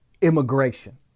immigration